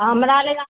हमरा लगा